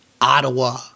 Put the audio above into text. Ottawa